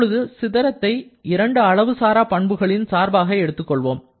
இப்போது சிதறத்தை இரண்டு அளவு சாரா பண்புகளின் சார்பாக எடுத்துக்கொள்வோம்